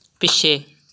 ਪਿੱਛੇ